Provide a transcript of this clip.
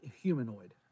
humanoid